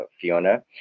Fiona